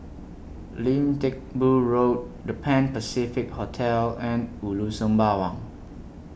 Lim Teck Boo Road The Pan Pacific Hotel and Ulu Sembawang